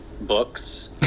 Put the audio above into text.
books